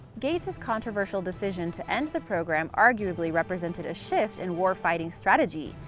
gates's controversial decision to end the program arguably represented a shift in warfighting strategy.